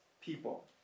people